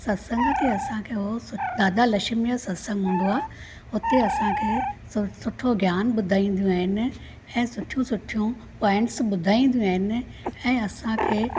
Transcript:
सत्संग ते असांखे उहो दादा लक्ष्मीअ जो सत्संग हूंदो आहे उते असांखे सुठो ज्ञान ॿुधाईंदियूं आहिनि ऐं सुठियूं सुठियूं पॉइंट्स ॿुधाईंदियूं आहिनि ऐं असांखे